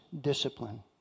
discipline